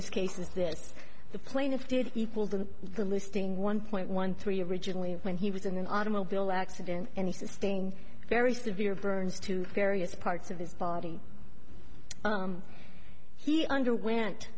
this case is this the plaintiff did equal than the listing one point one three originally when he was in an automobile accident and he says staying very severe burns to various parts of his body he underwent